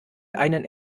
einen